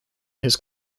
his